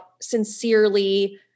sincerely